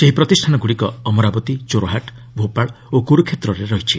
ସେହି ପ୍ରତିଷ୍ଠାନଗୁଡ଼ିକ ଅମରାବତୀ ଜୋର୍ହାଟ୍ ଭୋପାଳ ଓ କୁରୁକ୍ଷେତ୍ରରେ ରହିଛି